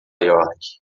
york